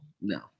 No